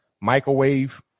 Microwave